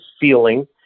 feeling